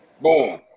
Boom